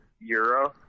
Euro